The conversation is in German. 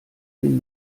den